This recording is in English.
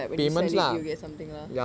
when you sell it you would get something lah